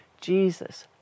Jesus